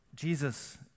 Jesus